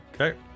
okay